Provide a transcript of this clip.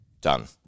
done